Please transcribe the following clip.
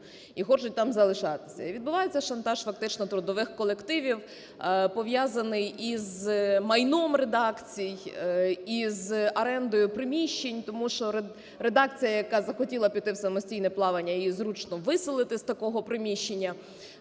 і хочуть там залишатися, і відбувається шантаж фактично трудових колективів, пов'язаний із майном редакцій, із орендою приміщень. Тому що редакція, яка захотіла піти в самостійне плавання, її зручно виселити з такого приміщення.